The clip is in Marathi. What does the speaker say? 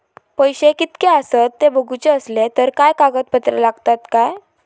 पैशे कीतके आसत ते बघुचे असले तर काय कागद पत्रा लागतात काय?